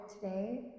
today